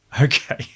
okay